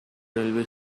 railway